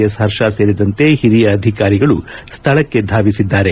S Harsha ಸೇರಿದಂತೆ ಹಿರಿಯ ಅಧಿಕಾರಿಗಳು ಸ್ದಳಕ್ಕೆ ಧಾವಿಸಿದ್ದಾರೆ